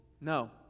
No